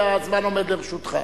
והזמן עומד לרשותך.